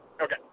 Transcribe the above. Okay